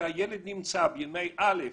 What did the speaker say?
שהילד נמצא בימי א,